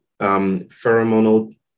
pheromonal